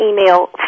email